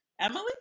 Emily